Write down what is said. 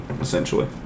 essentially